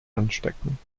anstecken